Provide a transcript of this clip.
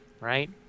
right